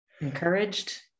encouraged